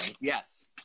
Yes